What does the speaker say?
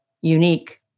unique